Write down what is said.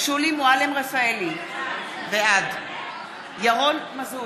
שולי מועלם-רפאלי, בעד ירון מזוז,